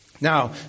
Now